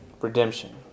redemption